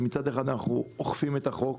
שמצד אחד אנחנו אוכפים את החוק